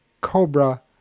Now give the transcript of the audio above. COBRA